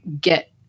get